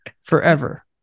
forever